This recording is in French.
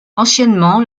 anciennement